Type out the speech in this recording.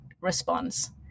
response